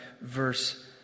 verse